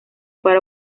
para